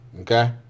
okay